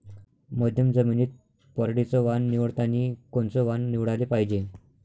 मध्यम जमीनीत पराटीचं वान निवडतानी कोनचं वान निवडाले पायजे?